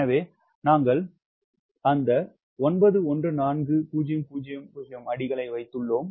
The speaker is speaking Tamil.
எனவே நாங்கள் 914000 அடிகளை வைத்துள்ளோம்